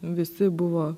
visi buvo